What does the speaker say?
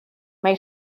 mai